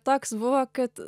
toks buvo kad